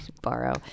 borrow